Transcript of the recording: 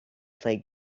played